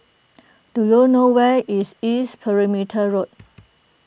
do you know where is East Perimeter Road